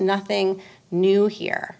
nothing new here